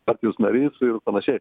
partijos narys ir panašiai